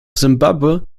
zimbabwe